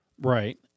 Right